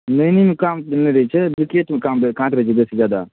नैनीमे काँट नहि रहै छै ब्रिकेटमे काम काँट रहै छै बेसी जादा